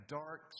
dark